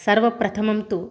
सर्वप्रथमं तु